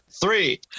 Three